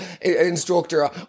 instructor